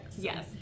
yes